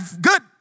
good